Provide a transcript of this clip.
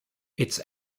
its